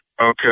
okay